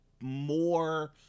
more